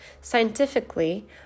Scientifically